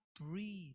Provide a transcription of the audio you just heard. breathe